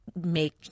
make